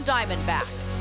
Diamondbacks